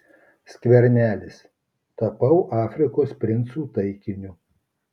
skvernelis tapau afrikos princų taikiniu